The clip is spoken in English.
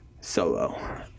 solo